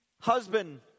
husband